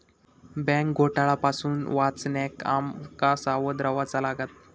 bank घोटाळा पासून वाचण्याक आम का सावध रव्हाचा लागात